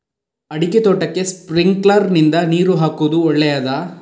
ಅಡಿಕೆ ತೋಟಕ್ಕೆ ಸ್ಪ್ರಿಂಕ್ಲರ್ ನಿಂದ ನೀರು ಹಾಕುವುದು ಒಳ್ಳೆಯದ?